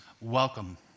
welcome